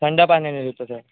थंड पाण्याने धुतो सर